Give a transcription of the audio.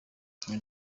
nka